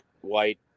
White